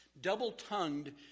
Double-tongued